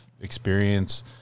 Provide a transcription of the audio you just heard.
experience